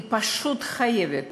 היא פשוט חייבת